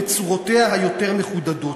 "בצורותיה היותר-מחודדות.